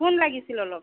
সোণ লাগিছিল অলপ